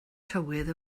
tywydd